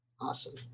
Awesome